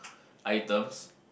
items